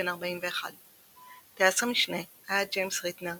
בן 41. טייס המשנה היה ג'יימס ריטנר,